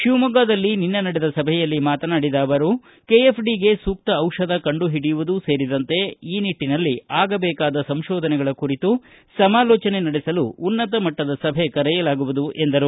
ಶಿವಮೊಗ್ಗದಲ್ಲಿ ನಿನ್ನೆ ನಡೆದ ಸಭೆಯಲ್ಲಿ ಮಾತನಾಡಿದ ಅವರು ಕೆಎಫ್ಡಿಗೆ ಸೂಕ್ತ ಔಷಧ ಕಂಡು ಹಿಡಿಯುವುದು ಸೇರಿದಂತೆ ಈ ನಿಟ್ಟಿನಲ್ಲಿ ಆಗಬೇಕಾದ ಸಂಶೋಧನೆಗಳ ಕುರಿತು ಸಮಾಲೋಜನೆ ನಡೆಸಲು ಉನ್ನತ ಮಟ್ಟದ ಸಭೆ ಕರೆಯಲಾಗುವುದು ಎಂದರು